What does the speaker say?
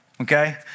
okay